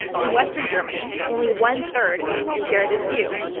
in western germany, only one-third share this view.